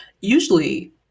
usually